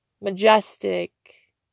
majestic